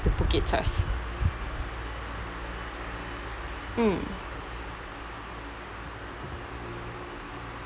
to book it first mm